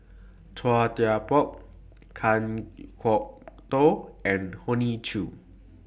Chua Thian Poh Kan Kwok Toh and Hoey Choo